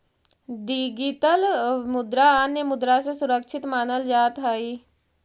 digital मुद्रा अन्य मुद्रा से सुरक्षित मानल जात हई